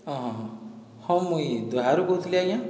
ଅ ହଁ ହଁ ହଁ ମୁଇଁ ଏହି ଦହ୍ୟାରୁ କହୁଥିଲି ଆଜ୍ଞା